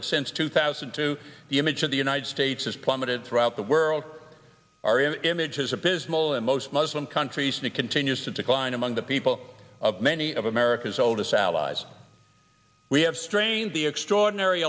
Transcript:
that since two thousand to the image of the united states has plummeted throughout the world are images appears mole in most muslim countries and it continues to decline among the people of many of america's oldest allies we have strained the extraordinary